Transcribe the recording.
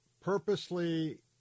purposely